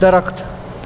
درخت